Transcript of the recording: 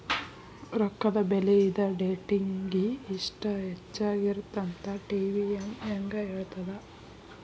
ರೊಕ್ಕದ ಬೆಲಿ ಇದ ಡೇಟಿಂಗಿ ಇಷ್ಟ ಹೆಚ್ಚಾಗಿರತ್ತಂತ ಟಿ.ವಿ.ಎಂ ಹೆಂಗ ಹೇಳ್ತದ